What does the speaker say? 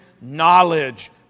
knowledge